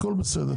הכל בסדר.